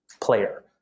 player